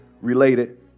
related